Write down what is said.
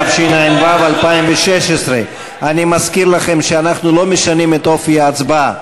התשע"ו 2016. אני מזכיר לכם שאנחנו לא משנים את אופי ההצבעה.